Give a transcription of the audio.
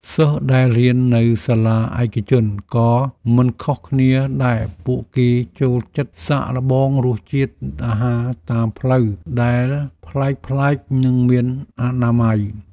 សិស្សដែលរៀននៅសាលាឯកជនក៏មិនខុសគ្នាដែរពួកគេចូលចិត្តសាកល្បងរសជាតិអាហារតាមផ្លូវដែលប្លែកៗនិងមានអនាម័យ។